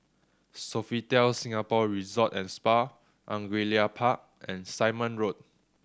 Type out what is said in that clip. Sofitel Singapore Resort and Spa Angullia Park and Simon Road